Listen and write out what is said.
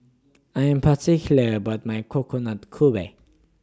I Am particular about My Coconut Kuih